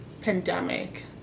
pandemic